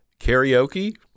Karaoke